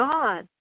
God